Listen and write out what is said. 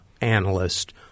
analyst